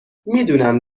میدونم